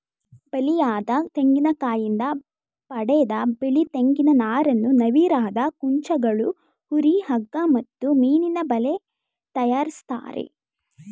ಬಲಿಯದ ತೆಂಗಿನಕಾಯಿಂದ ಪಡೆದ ಬಿಳಿ ತೆಂಗಿನ ನಾರನ್ನು ನವಿರಾದ ಕುಂಚಗಳು ಹುರಿ ಹಗ್ಗ ಮತ್ತು ಮೀನಿನಬಲೆ ತಯಾರಿಸ್ತರೆ